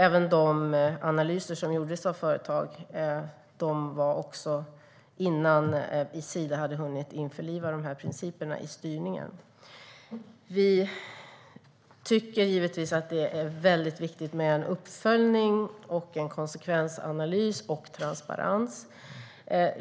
Även de analyser som gjordes av företag gjordes innan Sida hade hunnit införliva de här principerna i styrningen. Vi tycker givetvis att det är väldigt viktigt med uppföljning, konsekvensanalys och transparens.